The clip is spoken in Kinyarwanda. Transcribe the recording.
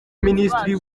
minisitiri